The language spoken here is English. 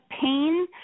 pain